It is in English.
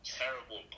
terrible